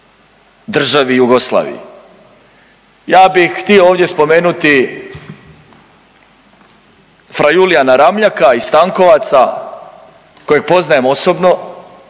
državi Jugoslaviji. Ja bi htio ovdje spomenuti fra Julijana Ramljaka iz Stankovaca kojeg poznajem osobno